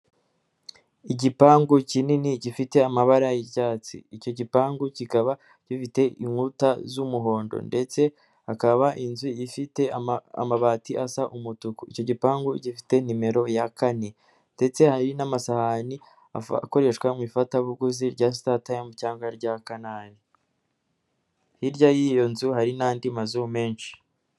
Igipangu kinini gifite amabara y'icyatsi, icyo gipangu kikaba gifite inkuta z'umuhondo, ndetse hakaba inzu ifite amabati asa umutuku, icyo gipangu gifite nimero ya kane ndetse hari n'amasahani akoreshwa mu ifatabuguzi rya sitari tayime cyangwa rya kanari, hirya y'iyo nzu hari n'andi mazu menshi.